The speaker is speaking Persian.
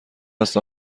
است